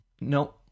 No